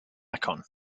icon